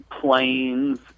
planes